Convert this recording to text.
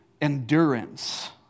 endurance